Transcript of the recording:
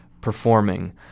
performing